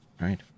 right